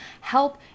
help